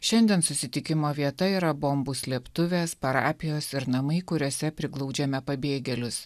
šiandien susitikimo vieta yra bombų slėptuvės parapijos ir namai kuriuose priglaudžiame pabėgėlius